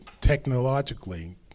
technologically